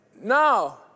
No